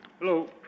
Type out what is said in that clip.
Hello